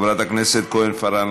חברת הכנסת כהן-פארן,